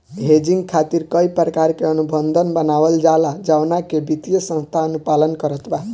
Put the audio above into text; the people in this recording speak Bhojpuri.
हेजिंग खातिर कई प्रकार के अनुबंध बनावल जाला जवना के वित्तीय संस्था अनुपालन करत बा